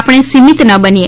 આપણે સિમિત ન બનીએ